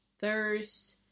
thirst